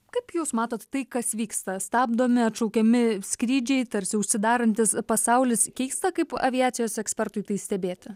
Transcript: kaip jūs matot tai kas vyksta stabdomi atšaukiami skrydžiai tarsi užsidarantis pasaulis keista kaip aviacijos ekspertui tai stebėti